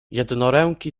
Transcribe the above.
jednoręki